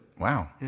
Wow